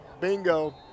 bingo